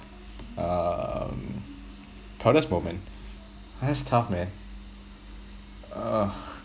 um proudest moment that's tough man ugh